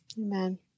Amen